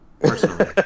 Personally